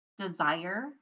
desire